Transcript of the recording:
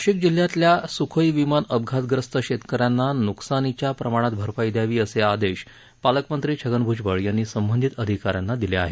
नाशिक जिल्ह्यातल्या सुखोई विमान अपघातग्रस्त शेतक यांना नुकसानीच्या प्रमाणात भरपाई द्यावी असे आदेश पालकमंत्री छगन भुजबळ यांनी संबंधित अधिका यांना दिले आहेत